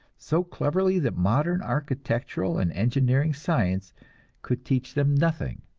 so cleverly that modern architectural and engineering science could teach them nothing.